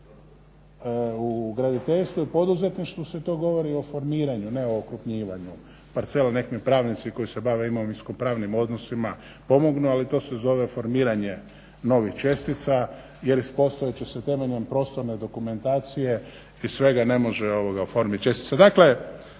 U graditeljstvu i poduzetništvu se to govori o formiranju, ne o okrupnjivanju parcela. Nek mi pravnici koji se bave imovinsko-pravnim odnosima pomognu, ali to se zove formiranje novih čestica jer iz postojeće se temeljem prostorne dokumentacije i svega ne može oformiti čestica.